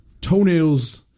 toenails